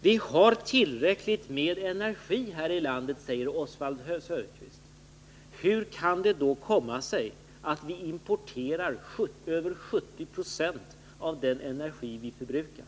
Vi har tillräckligt med energi här i landet, säger Oswald Söderqvist. Hur kan det då komma sig att vi importerar över 70 96 av den energi som vi förbrukar?